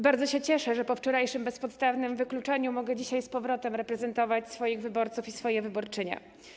Bardzo się cieszę, że po wczorajszym bezpodstawnym wykluczeniu mogę dzisiaj z powrotem reprezentować swoich wyborców i swoje wyborczynie.